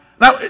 Now